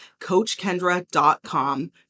coachkendra.com